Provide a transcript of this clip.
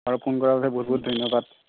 আৰু ফোন কৰাৰ বাবে বহুত বহুত ধন্যবাদ